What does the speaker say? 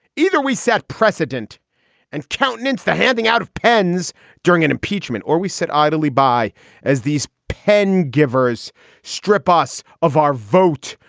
either we set precedent and countenance the handing out of pens during an impeachment, or we sit idly by as these pen givers strip us of our vote,